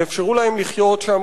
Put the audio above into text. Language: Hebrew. יאפשרו להם לחיות שם.